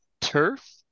turf